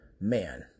man